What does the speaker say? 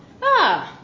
Ah